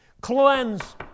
Cleanse